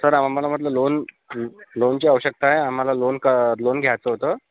sir आम्हाला म्हटलं loan लोनची आवश्यकता आहे आम्हाला लोन क लोन घ्यायचं होतं